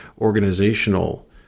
organizational